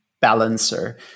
balancer